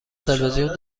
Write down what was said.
تلویزیون